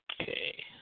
Okay